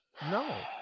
No